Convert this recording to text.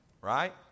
right